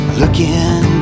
looking